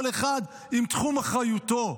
כל אחד עם תחום אחריותו,